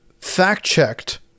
fact-checked